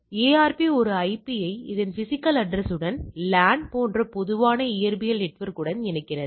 எனவே ARP ஒரு ஐபியை அதன் பிஸிக்கல் அட்ரஸ் உடன் அல்லது லேன் போன்ற பொதுவாக இயற்பியல் நெட்வொர்க்குடன் இணைக்கிறது